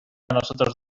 nosotros